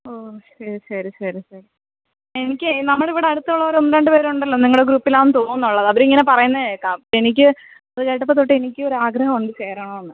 ഓ ശരി ശരി ശരി ശരി എനിക്കെ നമ്മുടിവിടെ അടുത്തുള്ളൊരു ഒന്ന് രണ്ടുപേര് ഉണ്ടല്ലോ നിങ്ങളുടെ ഗ്രൂപ്പിലാന്നു തോന്നുള്ളത് അവരിങ്ങനെ പറയുന്നത് കേൾക്കാം എനിക്ക് അത് കേട്ടപ്പതൊട്ട് എനിക്കും ഒരാഗ്രഹം ഉണ്ട് ചേരണമെന്ന്